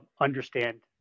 understand